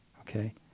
okay